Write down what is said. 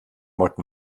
motten